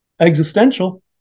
existential